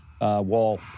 wall